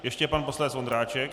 Ještě pan poslanec Vondráček.